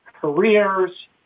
careers